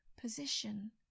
position